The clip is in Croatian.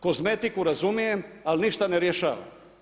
Kozmetiku razumijem ali ništa ne rješava.